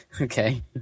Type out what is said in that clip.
Okay